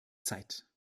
zeit